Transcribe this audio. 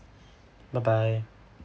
bye bye